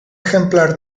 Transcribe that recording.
ejemplar